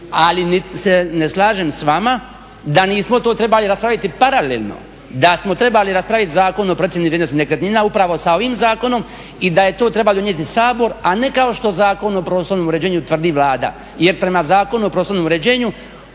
ali se ne slažem s vama da nismo to trebali raspraviti paralelno, da smo trebali raspraviti Zakon o procijeni vrijednosti nekretnina upravo sa ovim zakonom i da je to trebao donijeti Sabor, a ne kao što Zakon o prostornom uređenju tvrdi Vlada jer prema Zakonu o prostornom uređenju,